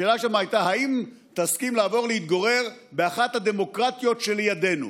השאלה שם הייתה: האם תסכים לעבור להתגורר באחת הדמוקרטיות שלידנו?